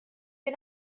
wir